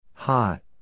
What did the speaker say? Hot